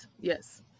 Yes